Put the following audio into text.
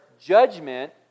judgment